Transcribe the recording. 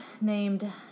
named